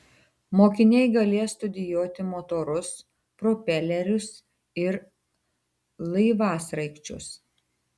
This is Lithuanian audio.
mokiniai galės studijuoti motorus propelerius ar laivasraigčius